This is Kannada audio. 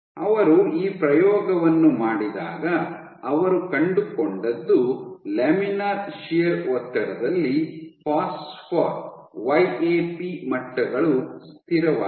ಅವರು ಈ ಪ್ರಯೋಗವನ್ನು ಮಾಡಿದಾಗ ಅವರು ಕಂಡುಕೊಂಡದ್ದು ಲ್ಯಾಮಿನಾರ್ ಶಿಯರ್ ಒತ್ತಡದಲ್ಲಿ ಫಾಸ್ಫರ್ ವೈ ಎ ಪಿ ಮಟ್ಟಗಳು ಸ್ಥಿರವಾಗಿವೆ